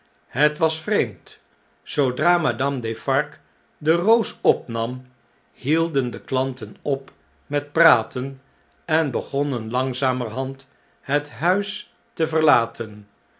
het was vreemd zoodra madame defarge de roos opnam hielden de klanten op met praten en begonnen langzamerhand het huis te verlaten